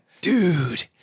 Dude